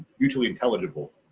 mutually intelligible.